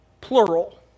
plural